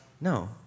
No